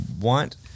want